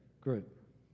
group